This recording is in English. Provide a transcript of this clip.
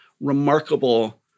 remarkable